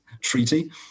Treaty